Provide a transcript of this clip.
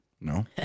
No